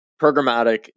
programmatic